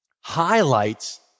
highlights